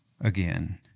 again